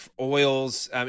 oils